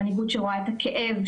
מנהיגות שרואה את הכאב,